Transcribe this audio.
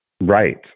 Right